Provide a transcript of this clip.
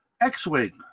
X-Wing